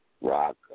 Rock